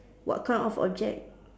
what kind of object